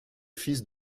fils